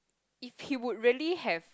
if he would really have